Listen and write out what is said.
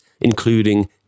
including